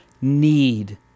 need